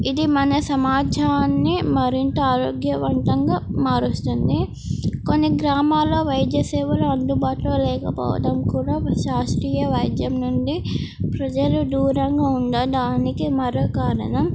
ఇది మన సమాజాన్ని మరింత ఆరోగ్యవంతంగా మారుస్తుంది కొన్ని గ్రామాల్లో వైద్య సేవలు అందుబాటులో లేకపోవడం కూడా శాస్త్రీయ వైద్యం నుండి ప్రజలు దూరంగా ఉండడానికి మరో కారణం